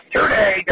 today